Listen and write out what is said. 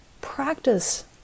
practice